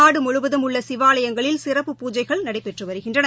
நாடுமுழுவதும் உள்ளசிவாலயங்களில் சிறப்பு பூஜைகள் நடைபெற்றுவருகின்றன